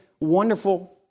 Wonderful